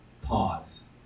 Pause